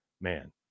man